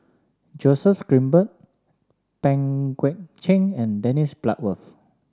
Joseph Grimberg Pang Guek Cheng and Dennis Bloodworth